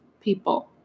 people